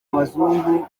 abazungu